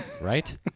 Right